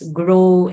grow